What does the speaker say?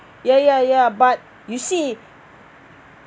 ya ya ya but you see